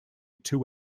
two